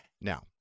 Now